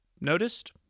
noticed